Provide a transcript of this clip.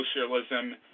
socialism